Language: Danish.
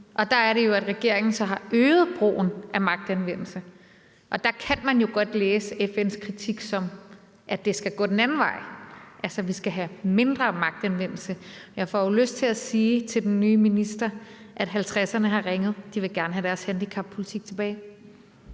og der er det jo så, at regeringen har øget brugen af magtanvendelse. Der kan man jo godt læse FN's kritik som, at det skal gå den anden vej, altså at vi skal have mindre magtanvendelse. Jeg får jo lyst til at sige til den nye minister, at 1950'erne har ringet: De vil gerne have deres handicappolitik tilbage.